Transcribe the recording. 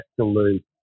absolute